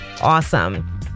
awesome